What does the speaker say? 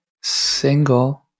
single